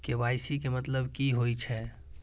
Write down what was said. KYC के मतलब कि होई छै?